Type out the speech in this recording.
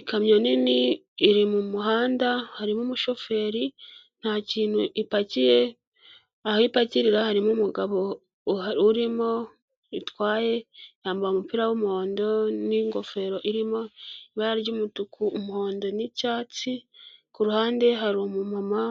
Ikamyo nini iri mu muhanda harimo umushoferi nta kintu ipakiye, aho ipakirira harimo umugabo urimo itwaye, yambaye umupira w'umuhondo n'ingofero irimo ibara ry'umutuku, umuhondo n'icyatsi, kuruhande hari umumama